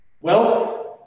Wealth